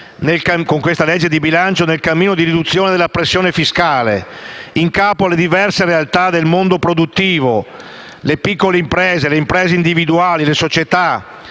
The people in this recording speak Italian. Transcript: con questa legge di bilancio nel cammino di riduzione della pressione fiscale in capo alle diverse realtà del mondo produttivo (le piccole imprese, le imprese individuali, le società,